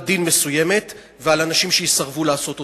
דין מסוימת ועל אנשים שיסרבו לעשות אותה.